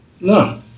No